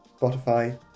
Spotify